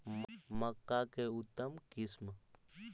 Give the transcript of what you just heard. मक्का के उतम किस्म?